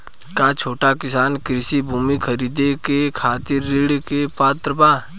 का छोट किसान कृषि भूमि खरीदे के खातिर ऋण के पात्र बा?